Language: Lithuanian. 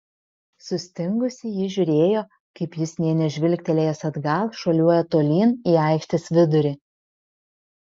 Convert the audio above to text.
sustingusi ji žiūrėjo kaip jis nė nežvilgtelėjęs atgal šuoliuoja tolyn į aikštės vidurį